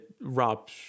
Rob